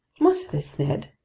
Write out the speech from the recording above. what's this, ned?